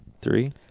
three